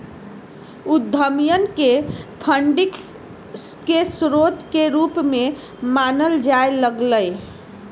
उद्यमियन के फंडिंग के स्रोत के रूप में मानल जाय लग लय